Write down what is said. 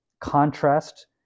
contrast